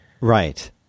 Right